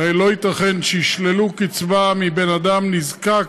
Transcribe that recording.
הרי לא ייתכן שיישללו קצבה מבן אדם נזקק